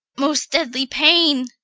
most deadly pain!